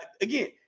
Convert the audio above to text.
again